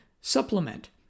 supplement